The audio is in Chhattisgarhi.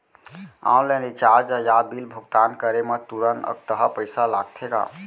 ऑनलाइन रिचार्ज या बिल भुगतान करे मा तुरंत अक्तहा पइसा लागथे का?